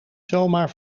zomaar